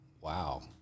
wow